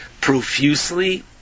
profusely